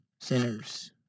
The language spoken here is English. sinners